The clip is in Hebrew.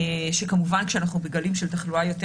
כשכמובן שכשאנחנו בגלים של תחלואה יותר